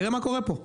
תראה מה קורה פה,